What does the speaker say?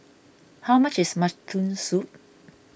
how much is Mutton Soup